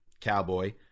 cowboy